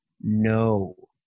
no